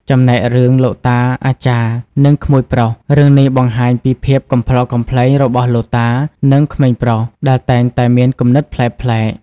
ចំណែករឿងលោកតាអាចារ្យ និងក្មួយប្រុស រឿងនេះបង្ហាញពីភាពកំប្លុកកំប្លែងរបស់លោកតា និងក្មេងប្រុស ដែលតែងតែមានគំនិតប្លែកៗ។